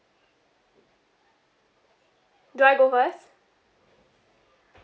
do I go first